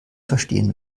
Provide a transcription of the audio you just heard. verstehen